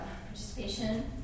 participation